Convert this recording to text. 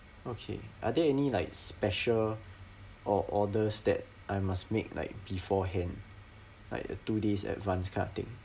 okay are there any like special or orders that I must make like beforehand like uh two days advance kind of thing